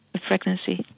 a pregnancy.